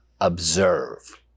observe